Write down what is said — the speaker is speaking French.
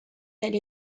elle